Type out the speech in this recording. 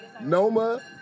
Noma